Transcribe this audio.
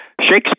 Shakespeare